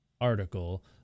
article